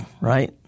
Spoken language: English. right